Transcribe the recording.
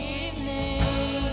evening